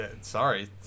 Sorry